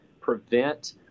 prevent